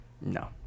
No